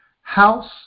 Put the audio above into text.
house